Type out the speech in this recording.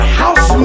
house